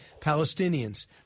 Palestinians